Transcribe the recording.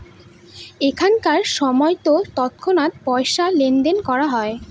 এখনকার সময়তো তৎক্ষণাৎ পয়সা লেনদেন করা হয়